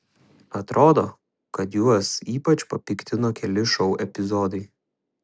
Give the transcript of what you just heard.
atrodo kad juos ypač papiktino keli šou epizodai